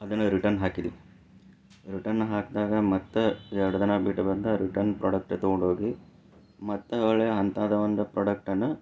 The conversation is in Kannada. ಅದನ್ನು ರಿಟರ್ನ್ ಹಾಕಿದಿವಿ ರಿಟರ್ನ್ ಹಾಕಿದಾಗ ಮತ್ತು ಎರಡು ದಿನ ಬಿಟ್ಟು ಬಂದು ಆ ರಿಟರ್ನ್ ಪ್ರಾಡಕ್ಟ್ ತೊಗೊಂಡು ಹೋಗಿ ಮತ್ತೆ ಹೊಳ್ಳಿ ಅಂಥದೆ ಒಂದು ಪ್ರಾಡಕ್ಟನ್ನು